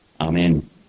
Amen